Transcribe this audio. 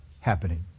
happening